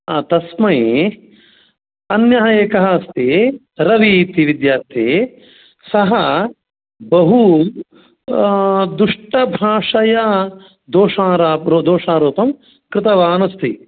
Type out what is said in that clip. तस्मै अन्यः एकः अस्ति रवि इति विद्यार्थी सः बहु दुष्टभाषया दोषाराप् दोषारोपं कृतवान् अस्ति